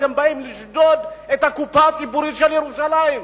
באים לשדוד את הקופה הציבורית של ירושלים.